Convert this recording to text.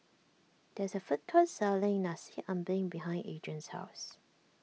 there is a food court selling Nasi Ambeng behind Adrien's house